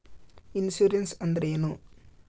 Insurance ಅಂದ್ರೇನು?